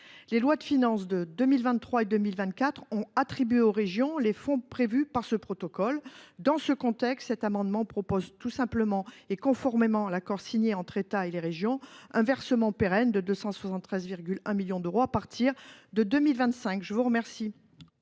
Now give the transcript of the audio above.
Les lois de finances pour 2023 et 2024 ont attribué aux régions les fonds prévus par le protocole. Dans ce contexte, cet amendement vise tout simplement, et conformément à l’accord signé entre l’État et les régions, à pérenniser le versement de 273,1 millions d’euros à partir de 2025. La parole